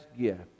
gift